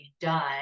done